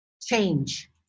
change